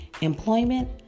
employment